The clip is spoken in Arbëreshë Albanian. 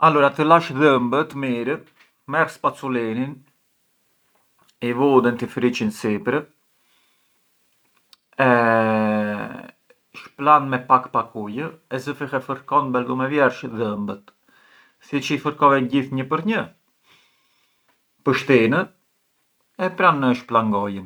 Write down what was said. Alura të lash dhëmbët mirë, merr spacolinin, i vu dentifriçin sipër, e shplan me pak pak ujë e zë fill e fërkon belu me vjersh dhëmbët, si ë çë i fërkove një për një, pushtin e pran shplan gojën.